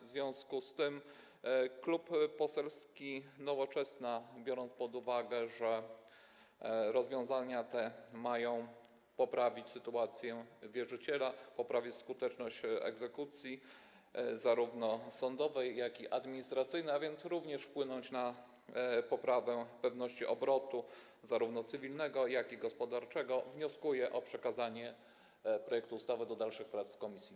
W związku z tym Klub Poselski Nowoczesna, biorąc pod uwagę, że rozwiązania te mają poprawić sytuację wierzyciela, poprawić skuteczność zarówno egzekucji sądowej, jak i administracyjnej, a więc również wpłynąć na poprawę pewności obrotu zarówno cywilnego, jak i gospodarczego, wnioskuje o przekazanie projektu ustawy do dalszych prac w komisji.